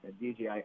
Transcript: DJI